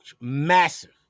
massive